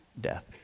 Death